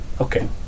Okay